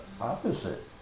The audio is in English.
opposite